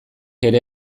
ere